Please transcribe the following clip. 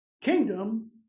Kingdom